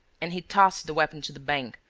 and he tossed the weapon to the bank,